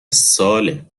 ساله